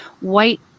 white